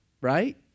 right